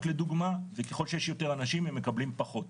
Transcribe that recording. לדוגמא וככל שיש יותר אנשים הם מקבלים פחות,